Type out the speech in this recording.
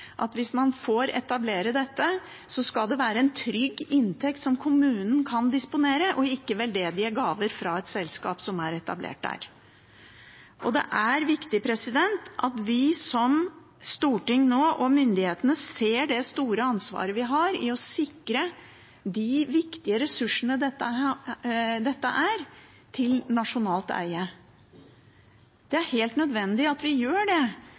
at hvis man får etablere dette, skal det være en trygg inntekt som kommunen kan disponere, ikke veldedige gaver fra et selskap som er etablert der. Det er viktig at vi som storting og myndighetene ser det store ansvaret vi har for å sikre de viktige ressursene dette er, til nasjonalt eie. Det er helt nødvendig at vi gjør det,